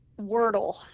wordle